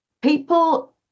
people